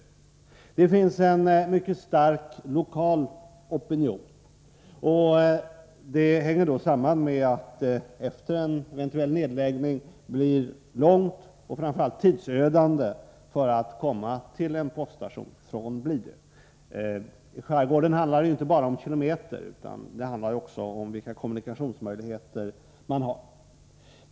Det finns en mycket stark lokal opinion mot detta, och det hänger samman med att det efter en eventuell nedläggning blir långt från Blidö till en Nr 102 poststation och framför allt tidsödande att komma dit. I skärgården handlar Tisdagen den det inte bara om kilometrar utan över huvud taget om vilka kommunikations 20 mars 1984 möjligheter som man har.